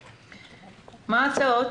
יהודה,